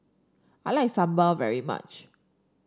I like sambal very much